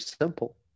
simple